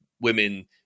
women